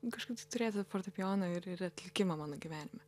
kažkaip tai turėti fortepijoną ir ir atlikimą mano gyvenime